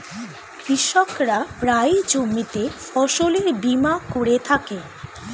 কৃষকরা প্রায়ই জমিতে ফসলের বীমা করে থাকে